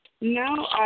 No